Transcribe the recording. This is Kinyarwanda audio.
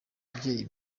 umubyeyi